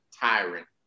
tyrant